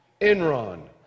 Enron